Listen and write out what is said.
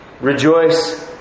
Rejoice